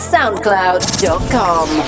SoundCloud.com